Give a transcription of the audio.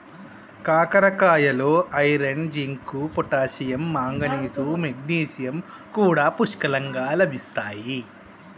కాకరకాయలో iron, zinc, potassium, manganese, magnesium కూడా పుష్కలంగా లభిస్తాయి